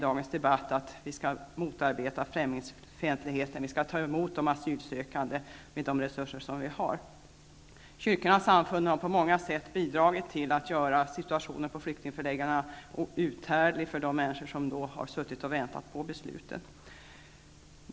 Dagens debatt handlar om att motarbeta främlingsfientlighet och att ta emot de asylsökande med de resurser som finns. Kyrkornas samfund har på många sätt bidragit till att göra situationen på flyktingförläggningarna uthärdliga för de människor som har suttit och väntat på beslut.